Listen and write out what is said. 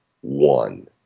one